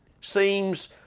seems